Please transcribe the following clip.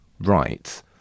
right